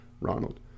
Ronald